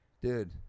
Dude